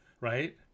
right